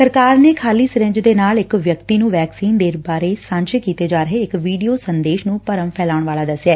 ਸਰਕਾਰ ਨੇ ਖਾਲੀ ਸਿਰੰਜ ਦੇ ਨਾਲ ਇਕ ਵਿਅਕਤੀ ਨੂੰ ਵੈਕਸੀਨ ਦੇਣ ਬਾਰੇ ਸਾਂਝੇ ਕੀਤੇ ਜਾ ਰਹੇ ਇਕ ਵੀਡੀਓ ਸੰਦੇਸ਼ ਨੂੰ ਭਰਮ ਫੈਲਾਉਣ ਵਾਲਾ ਦਸਿਐ